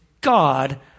God